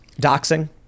Doxing